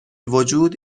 وجود